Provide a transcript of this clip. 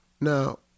Now